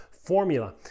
formula